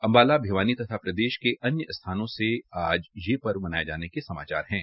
अम्बाला भिवानी तथा प्रदेश के अनेक स्थानों पर ये पर्व मनाये जाने के समाचारहै